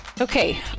Okay